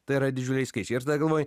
tai yra didžiuliai skaičiai ir tada galvoji